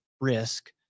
risk